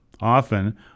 often